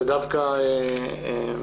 זה דווקא הנשים.